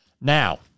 Now